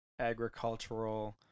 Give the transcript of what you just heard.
Agricultural